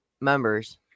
members